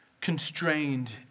constrained